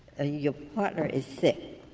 ah your partner is sick.